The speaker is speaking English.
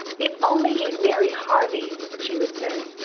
if only you'd marry harvey, she would say.